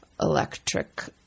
electric